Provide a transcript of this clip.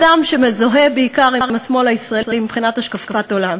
אדם שמזוהה בעיקר עם השמאל הישראלי מבחינת השקפת עולם,